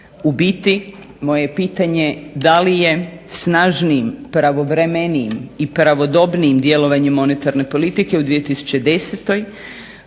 U biti moje je pitanje da li je snažnijim, pravovremenijim i pravodobnijim djelovanjem monetarne politike u 2010.